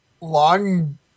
long